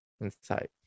inside